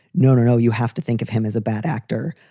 no, no, no. you have to think of him as a bad actor.